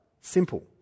Simple